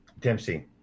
Dempsey